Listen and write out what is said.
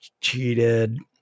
cheated